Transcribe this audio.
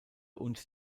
und